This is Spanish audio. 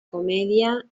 comedia